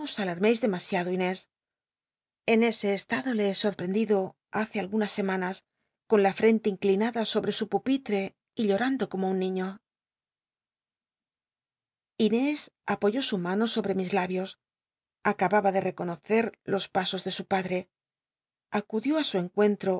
alarmeis demasiado inés en ese estado le he sorprendido hace al gunas semanas con la ftente inclinada sobre su pupitre y llorando como un niño inés apoyó su mano sobre mis labios acababa de reconocer los pasos de su padre acudió i su en